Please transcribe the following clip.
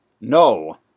no